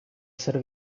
ser